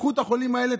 קחו את החולים האלה,